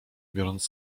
biorąc